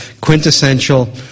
quintessential